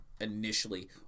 initially